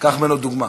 תיקח ממנו דוגמה.